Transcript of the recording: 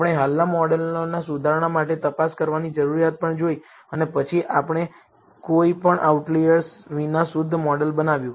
આપણે હાલના મોડેલોના સુધારણા માટે તપાસ કરવાની જરૂરિયાત પણ જોઈ અને પછી આપણે કોઈ પણ આઉટલિઅર્સ વિના શુદ્ધ મોડેલ બનાવ્યું